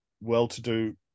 well-to-do